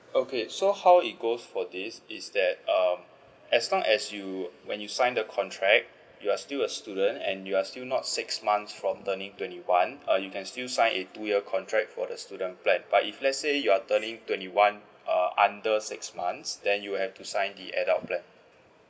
okay so how it goes for this is that um as long as you when you sign the contract you're still a student and you are still not six months from turning twenty one uh you can still sign a two year contract for the student plan but if let's say you're turning twenty one uh under six months then you have to sign the adult plan